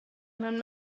mewn